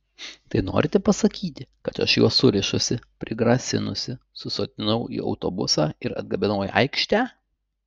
tai norite pasakyti kad aš juos surišusi prigrasinusi susodinau į autobusą ir atgabenau į aikštę